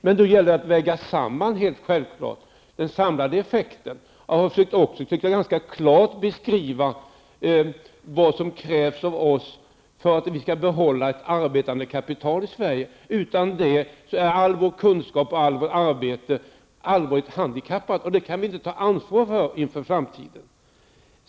Men det gäller självfallet att väga samman effekterna. Jag har också försökt att ganska klart beskriva vad som krävs av oss för att vi skall behålla ett arbetande kapital i Sverige. Utan det är all vår kunskap och allt vårt arbete allvarligt handikappat, och det kan vi inte ta ansvar för inför framtiden.